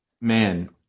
man